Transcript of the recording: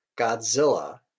Godzilla